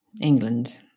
England